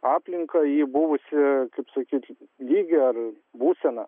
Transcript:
aplinką į buvusį kaip sakyt lygį ar būseną